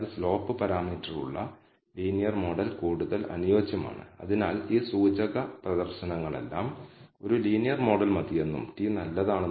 അതുപോലെ നമുക്ക് β1 ന്റെ കോൺഫിഡൻസ് ഇന്റർവെൽ 90 ശതമാനം കോൺഫിഡൻസ് ഇന്റർവെൽ നിർമ്മിക്കാം അത് 15 അല്ലെങ്കിൽ ഏകദേശം രണ്ട് തവണ 0